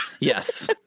Yes